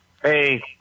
Hey